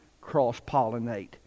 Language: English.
cross-pollinate